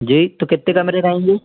जी तो कितने कमरे रहेंगे